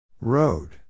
Road